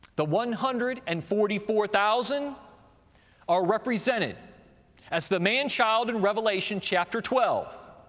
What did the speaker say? the one hundred and forty four thousand are represented as the man-child in revelation, chapter twelve,